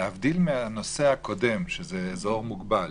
לגבי הנושא הקודם, של אזור מוגבל